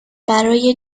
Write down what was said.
برای